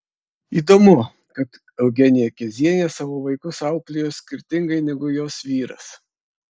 įdomu kad eugenija kezienė savo vaikus auklėjo skirtingai negu jos vyras